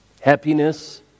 happiness